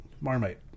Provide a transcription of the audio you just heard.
Marmite